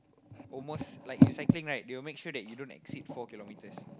almost like you cycling right they will make sure that you don't exceed four kilometres